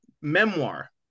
memoir